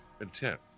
intent